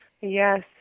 Yes